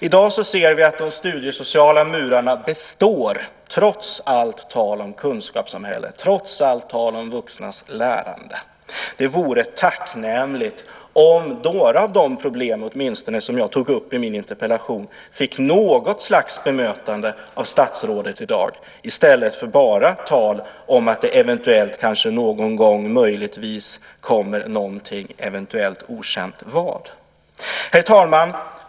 I dag ser vi att de studiesociala murarna består, trots allt tal om kunskapssamhälle, trots allt tal om vuxnas lärande. Det vore tacknämligt om åtminstone några av de problem som jag tog upp i min interpellation fick något slags bemötande av statsrådet i dag i stället för bara tal om att det eventuellt kanske någon gång möjligtvis kommer någonting. Herr talman!